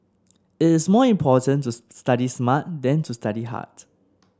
it is more important to study smart than to study hard